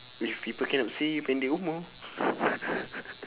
if people cannot see pendek umur